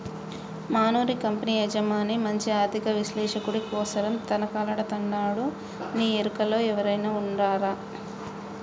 మనూరి కంపెనీ యజమాని మంచి ఆర్థిక విశ్లేషకుడి కోసరం తనకలాడతండాడునీ ఎరుకలో ఎవురైనా ఉండారా